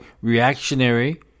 reactionary